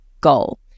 goal